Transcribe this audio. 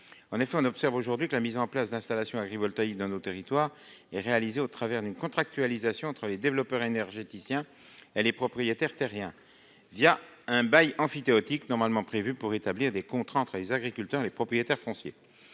En effet, on observe aujourd'hui que la mise en place d'installations agrivoltaïques dans nos territoires est réalisée au travers d'un contrat, entre les développeurs énergéticiens et les propriétaires terriens, un bail emphytéotique normalement prévu pour établir des contrats entre les agriculteurs et les propriétaires fonciers.